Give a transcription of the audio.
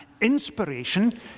inspiration